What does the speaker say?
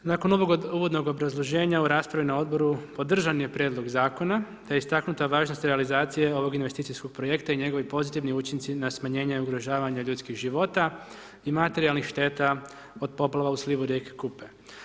Nakon ovog uvodnog obrazloženja u raspravi na Odboru podržan je prijedlog zakona, te istaknuta važnost realizacije ovog investicijskog projekta i njegovi pozitivni učinci na smanjenje ugrožavanja ljudskih života i materijalnih šteta od poplava u slivu rijeke Kupe.